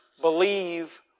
believe